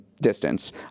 distance